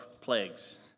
plagues